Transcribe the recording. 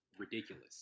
ridiculous